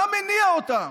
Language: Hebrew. מה מניע אותם?